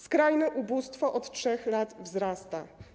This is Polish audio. Skrajne ubóstwo od 3 lat wzrasta.